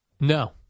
No